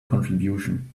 contribution